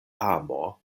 amo